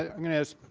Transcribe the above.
i'm going to ask